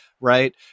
right